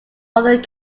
other